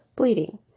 Bleeding